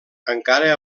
encara